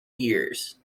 years